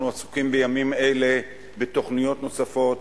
עסוקים בימים אלה בתוכניות נוספות,